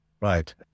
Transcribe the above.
right